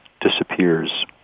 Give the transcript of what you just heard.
disappears